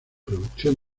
producción